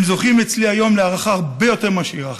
הם זוכים אצלי היום להערכה הרבה יותר ממה שהערכתי.